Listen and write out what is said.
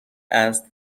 است